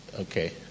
Okay